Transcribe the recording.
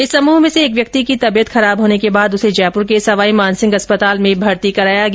इस समूह में से एक व्यक्ति की तबियत खराब होने के बाद उसे जयपुर के सवाई मानसिह अस्पताल में भर्ती कराया गया